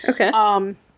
Okay